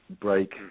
break